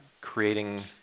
creating